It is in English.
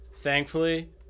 Thankfully